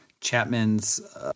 Chapman's